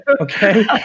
Okay